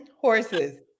Horses